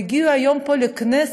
הם הגיעו היום לכנסת,